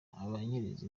abanyereza